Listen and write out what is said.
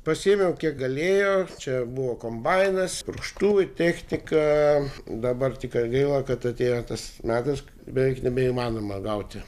pasiėmiau kiek galėjau čia buvo kombainas purkštuvui technika dabar tikrai gaila kad atėjo tas metas beveik nebeįmanoma gauti